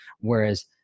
whereas